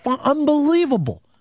unbelievable